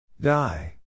Die